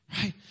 right